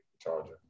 charger